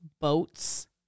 boats